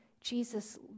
Jesus